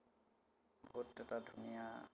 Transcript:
বহুত এটা ধুনীয়া